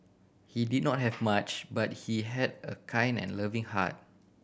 he did not have much but he had a kind and loving heart